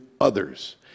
others